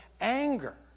anger